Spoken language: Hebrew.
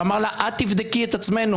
ואמר לה: את תבדקי את עצמנו,